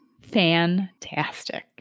Fantastic